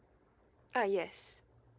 ah yes